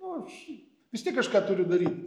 o šiaip vis tiek kažką turiu daryt